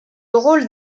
rôle